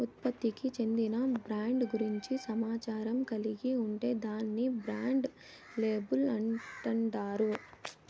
ఉత్పత్తికి చెందిన బ్రాండ్ గూర్చి సమాచారం కలిగి ఉంటే దాన్ని బ్రాండ్ లేబుల్ అంటాండారు